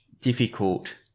difficult